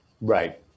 Right